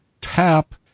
tap